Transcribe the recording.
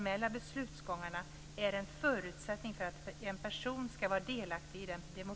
Fru talman!